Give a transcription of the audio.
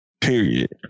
period